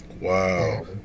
Wow